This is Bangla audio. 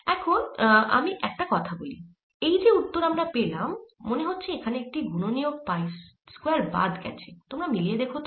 এখানে আমি একটা কথা বলি এই যে উত্তর আমরা পেলামমনে হচ্ছে এখানে একটি গুণনীয়ক পাই স্কয়ার বাদ গেছে তোমরা মিলিয়ে দেখো তো